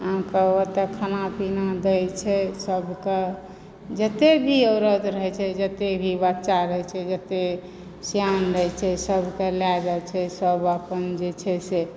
अहाँकेॅं ओतऽ खाना पीना दै छै सभके जते भी औरत रहै छै जते भी बच्चा रहै छै जते सियान रहै छै सभके लय जाइ छै सभ अपन जे छै से